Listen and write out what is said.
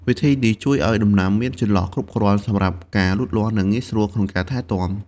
វិធីនេះជួយឱ្យដំណាំមានចន្លោះគ្រប់គ្រាន់សម្រាប់ការលូតលាស់ និងងាយស្រួលក្នុងការថែទាំ។